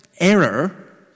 error